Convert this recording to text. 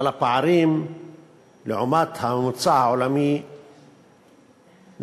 אבל הפערים לעומת הממוצע העולמי נשמרו,